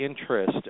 interest